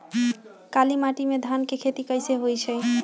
काली माटी में धान के खेती कईसे होइ छइ?